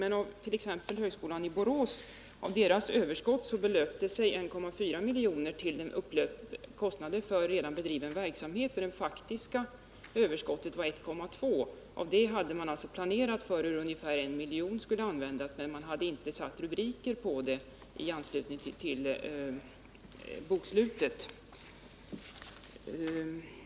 Men av överskottet för t.ex. högskolan i Borås avsåg 1,4 milj.kr. kostnader för redan bedriven verksamhet, och det faktiska överskottet var 1,2 milj.kr. Av det beloppet hade man alltså redan planerat för hur ungefär 1 miljon skulle användas, men man hade inte satt rubriker på användningsområdet i anslutning till bokslutet.